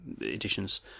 editions